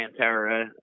Pantera